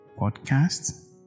podcast